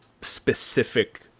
specific